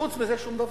חוץ מזה, שום דבר.